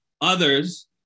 Others